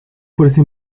fuerza